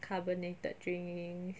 carbonated drinks